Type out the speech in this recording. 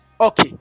Okay